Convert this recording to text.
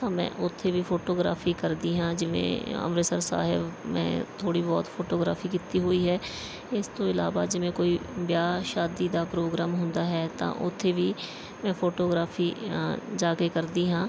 ਤਾਂ ਮੈਂ ਉੱਥੇ ਵੀ ਫੋਟੋਗ੍ਰਾਫ਼ੀ ਕਰਦੀ ਹਾਂ ਜਿਵੇਂ ਅੰਮ੍ਰਿਤਸਰ ਸਾਹਿਬ ਮੈਂ ਥੋੜ੍ਹੀ ਬਹੁਤ ਫੋਟੋਗ੍ਰਾਫ਼ੀ ਕੀਤੀ ਹੋਈ ਹੈ ਇਸ ਤੋਂ ਇਲਾਵਾ ਜਿਵੇਂ ਕੋਈ ਵਿਆਹ ਸ਼ਾਦੀ ਦਾ ਪ੍ਰੋਗਰਾਮ ਹੁੰਦਾ ਹੈ ਤਾਂ ਉੱਥੇ ਵੀ ਮੈਂ ਫੋਟੋਗ੍ਰਾਫ਼ੀ ਜਾ ਕੇ ਕਰਦੀ ਹਾਂ